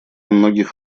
многих